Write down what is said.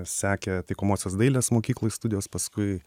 sekė taikomosios dailės mokykloj studijos paskui